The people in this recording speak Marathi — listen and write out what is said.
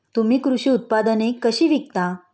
तुम्ही कृषी उत्पादने कशी विकता?